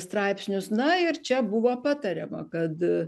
straipsnius na ir čia buvo patariama kad